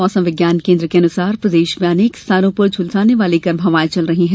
मौसम विज्ञान केन्द्र के अनुसार प्रदेश में अनेक स्थानों पर झुलसाने वाली गर्म हवाएं चल रही है